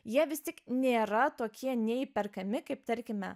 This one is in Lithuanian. jie vis tik nėra tokie neįperkami kaip tarkime